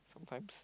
sometimes